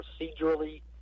procedurally